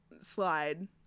Slide